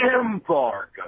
Embargo